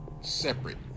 separate